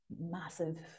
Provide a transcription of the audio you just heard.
massive